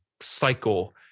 cycle